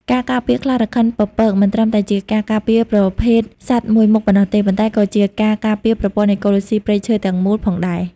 ការការពារខ្លារខិនពពកមិនត្រឹមតែជាការការពារប្រភេទសត្វមួយមុខប៉ុណ្ណោះទេ ប៉ុន្តែក៏ជាការ ការពារប្រព័ន្ធអេកូឡូស៊ីព្រៃឈើទាំងមូល ផងដែរ។